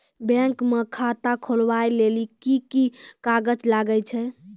Bank म खाता खोलवाय लेली की की कागज लागै छै?